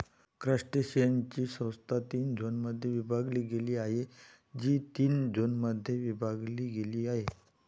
क्रस्टेशियन्सची संस्था तीन झोनमध्ये विभागली गेली आहे, जी तीन झोनमध्ये विभागली गेली आहे